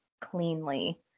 cleanly